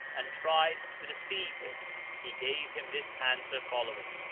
and tried to deceive him he gave him this answer follow ing,